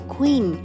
Queen